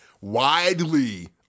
Widely